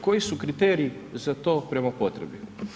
Koji su kriteriji za to prema potrebi?